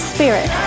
Spirit